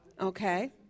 Okay